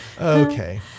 Okay